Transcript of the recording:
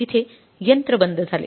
तिथे यंत्र बंद झाले